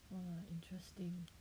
!whoa! interesting